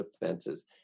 defenses